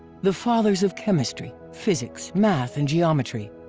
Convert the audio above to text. the fathers of chemistry, physics, math and geometry.